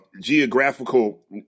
geographical